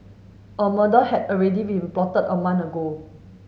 a murder had already been plotted a month ago